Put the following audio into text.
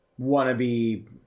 wannabe